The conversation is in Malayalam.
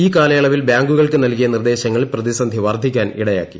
ഈ കാലയളവിൽ ബാങ്കുകൾക്ക് നൽകിയ നിർദ്ദേശങ്ങൾ പ്രതിസന്ധി വർദ്ധിക്കാനിടയാക്കി